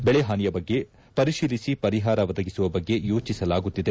ಬೆಳೆ ಹಾನಿಯ ಬಗ್ಗೆ ಪರಿಶೀಲಿಸಿ ಪರಿಹಾರ ಒದಗಿಸುವ ಬಗ್ಗೆ ಯೋಟಿಸಲಾಗುತ್ತಿದೆ